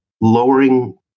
lowering